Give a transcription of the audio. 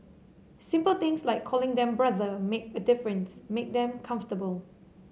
simple things like calling them brother make a difference make them comfortable